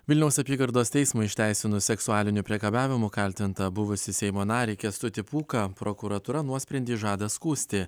vilniaus apygardos teismui išteisinus seksualiniu priekabiavimu kaltintą buvusį seimo narį kęstutį pūką prokuratūra nuosprendį žada skųsti